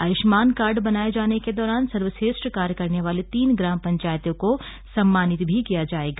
Ayushman card बनाये जाने के दौरान सर्वश्रेष्ठ कार्य करने वाली तीन ग्राम पंचायतों को सम्मानित भी किया जायेगा